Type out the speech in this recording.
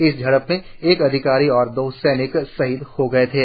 इस झड़प में एक अधिकारी और दो सैनिक शहीद हो गए थे